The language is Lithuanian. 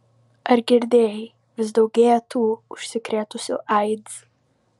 ar girdėjai vis daugėja tų užsikrėtusių aids